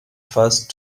first